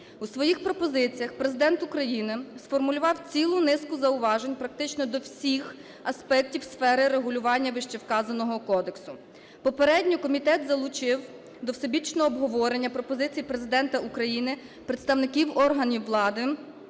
У своїх пропозиціях Президент України сформулював цілу низку зауважень практично до всіх аспектів сфери регулювання вище вказаного кодексу. Попередньо комітет залучив до всебічного обговорення пропозицій Президента України представників органів влади